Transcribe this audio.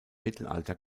mittelalter